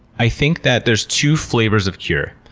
i think that there's two flavors of cure.